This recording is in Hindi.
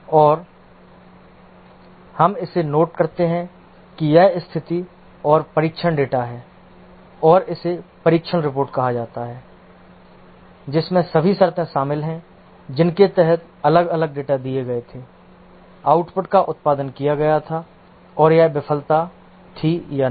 और हम इसे नोट करते हैं कि यह स्थिति और परीक्षण डेटा है और इसे परीक्षण रिपोर्ट कहा जाता है जिसमें सभी शर्तें शामिल हैं जिनके तहत अलग अलग डेटा दिए गए थे आउटपुट का उत्पादन किया गया था और यह विफलता थी या नहीं